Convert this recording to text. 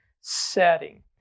setting